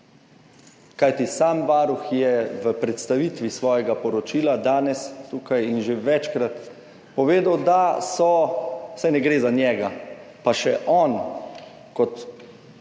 kajti sam varuh je v predstavitvi svojega poročila danes tukaj in že večkrat povedal, da je, saj ne gre za njega, tudi on kot